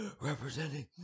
representing